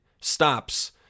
stops